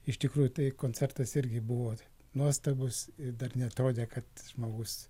iš tikrųjų tai koncertas irgi buvo nuostabus ir dar neatrodė kad žmogus